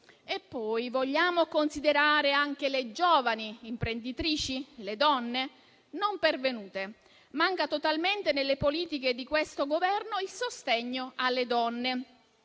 Vogliamo poi considerare anche le giovani imprenditrici, le donne? Non pervenute. Manca totalmente, nelle politiche di questo Governo, il sostegno alle donne.